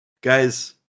Guys